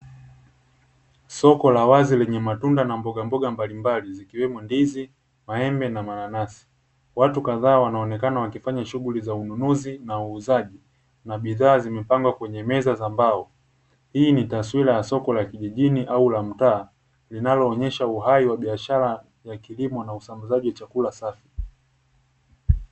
Soko la wazi lenye matunda na mboga mboga mbali mbali zikiwemo ndizi, maembe na mananasi. Watu kadhaa wanaonekana wakifanya shughuli za ununuzi na uuzaji, na bidhaa zimepangwa kwenye meza za mbao hii ni taswira ya soko la kijijini au la mtaa linaloonyesha uhai wa biashara ya kilimo na usambazaji wa chakula safi.